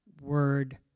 Word